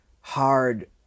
hard